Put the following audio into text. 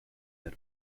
that